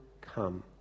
come